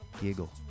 Giggle